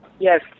Yes